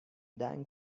dying